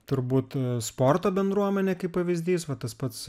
turbūt sporto bendruomenė kaip pavyzdys va tas pats